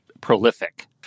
prolific